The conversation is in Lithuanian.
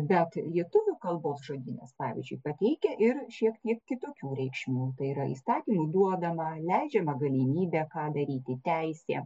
bet lietuvių kalbos žodynas pavyzdžiui pateikia ir šiek tiek kitokių reikšmių tai yra įstatymų duodama leidžiama galimybė ką daryti teisė